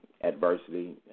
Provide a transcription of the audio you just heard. adversity